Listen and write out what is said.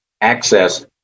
access